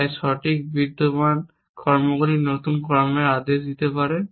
তাই সঠিক বিদ্যমান কর্মগুলি নতুন কর্মের আদেশ দিতে পারে